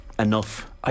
Enough